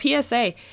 PSA